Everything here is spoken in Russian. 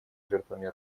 жертвами